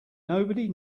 nobody